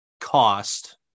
cost